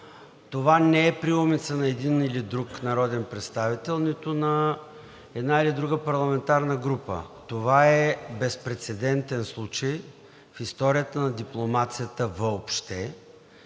Това не е приумица на един или друг народен представител, нито на една или друга парламентарна група. Това е безпрецедентен случай в историята на дипломацията въобще!